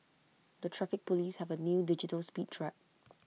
the traffic Police have A new digital speed trap